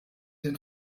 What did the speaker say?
den